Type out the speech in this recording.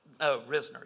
Risner